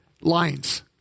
lines